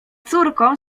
córką